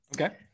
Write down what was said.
Okay